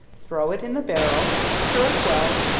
throw it in the barrel, stir it well,